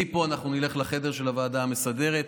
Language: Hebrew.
מפה אנחנו נלך לחדר הוועדה המסדרת,